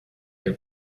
your